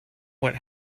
what